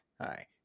Hi